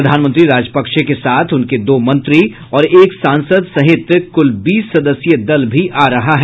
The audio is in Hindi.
प्रधानमंत्री राजपक्षे के साथ उनके दो मंत्री और एक सांसद सहित कुल बीस सदस्यीय दल भी आ रहा है